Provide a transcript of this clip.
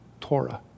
Torah